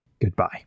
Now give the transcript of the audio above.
goodbye